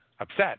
upset